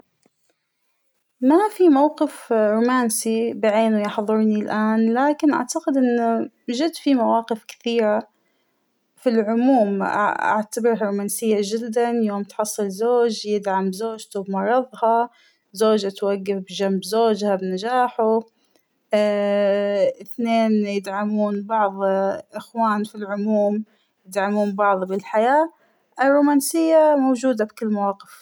ما فى موقف رومانسى بعينه يحضرنى الآن لكن أعتقد أن جد فى مواقف كثيرة فى العموم أعتبرها رومانسية جدأً ، يوم تحصل زوج يدعم زوجته بمرضها ، زوجة توقف بجنب زوجها بنجاحه ، أثنين يدعمون بعض ، أخوان فى العموم يدعمون بعض بالحياة ، الرومانسية موجودة بكل المواقف.